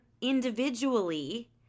individually